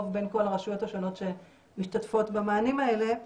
בין כל הרשויות השונות שמשתתפות במענים האלה.